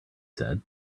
said